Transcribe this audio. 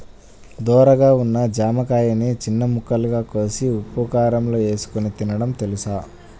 ధోరగా ఉన్న జామకాయని చిన్న ముక్కలుగా కోసి ఉప్పుకారంలో ఏసుకొని తినడం తెలుసా?